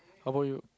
how about you